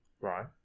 Right